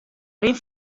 rin